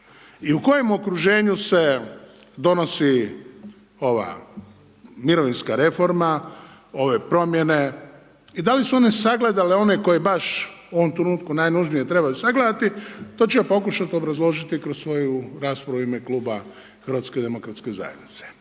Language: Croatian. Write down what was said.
I u kojem okruženju se donosi ova mirovinska reforma, ove promjene i da li su one sagledale one koji baš u ovom trenutku najnužnije trebaju sagledati? Tto ću ja pokušati obrazložiti kroz svoju raspravu u ime kluba HDZ-a. Rekao sam da